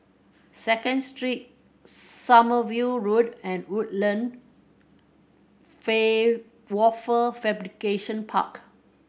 Second Street Sommerville Road and Woodland Wafer Fabrication Park